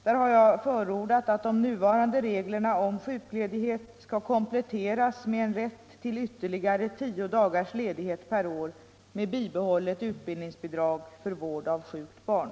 Där har jag förordat att de nuvarande reglerna om sjukledighet skall kompletteras med en rätt till ytterligare tio dagars ledighet per år med bibehållet utbildningsbidrag för vård av sjukt barn.